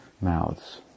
mouths